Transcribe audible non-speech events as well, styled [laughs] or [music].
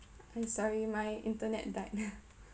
I'm sorry my internet died [laughs]